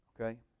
Okay